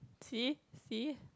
see see